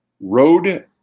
road